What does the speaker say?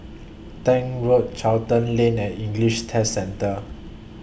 Tank Road Charlton Lane and English Test Centre